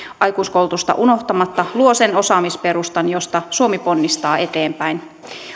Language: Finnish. aikuiskoulutusta unohtamatta luo sen osaamisperustan josta suomi ponnistaa eteenpäin